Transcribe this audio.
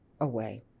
away